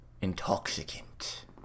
intoxicant